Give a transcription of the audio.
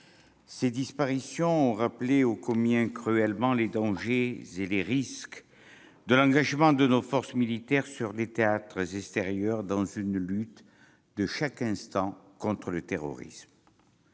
Ces disparitions ont rappelé, ô combien cruellement, les dangers et les risques de l'engagement de nos forces militaires sur les théâtres extérieurs, dans une lutte de chaque instant contre le terrorisme.